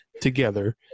together